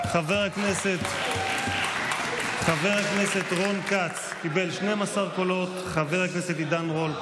חבר הכנסת רון כץ קיבל 12 קולות וחבר הכנסת עידן רול,